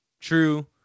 True